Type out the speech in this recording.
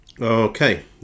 Okay